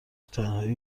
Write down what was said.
تنهایی